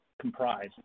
comprise